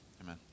amen